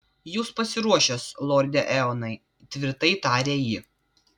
jūs pasiruošęs lorde eonai tvirtai tarė ji